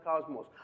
cosmos